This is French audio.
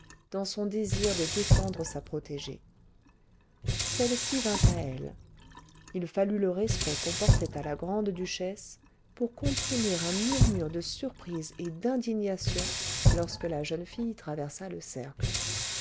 dans son désir de défendre sa protégée celle-ci vint à elle il fallut le respect qu'on portait à la grande-duchesse pour comprimer un murmure de surprise et d'indignation lorsque la jeune fille traversa le cercle